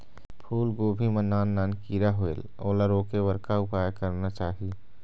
फूलगोभी मां नान नान किरा होयेल ओला रोके बर का उपाय करना चाही?